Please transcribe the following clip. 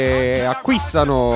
acquistano